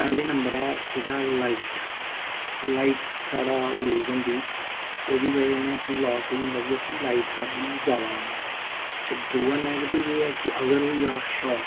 पैह्ले नंबर ऐ जेह्ड़ा लाइट लाइट साढ़ा यूज़ होंदी ओह्दी वजह् कन्नै असेंगी लास एह् होंदा कि असें लाइट दा बिल ज्यादा आंदा अच्छा दूआ नैगिटव एह् ऐ कि अगर ओह् होई जा शाट